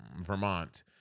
Vermont